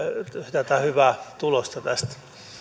tätä hyvää tulosta tästä sitten palaamme